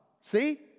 See